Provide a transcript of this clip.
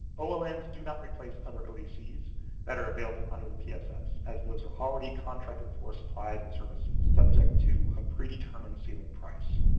olm's do not replace other odc's that are available under the pss, as those are already contracted for supplies and services subject to a pre-determined ceiling price.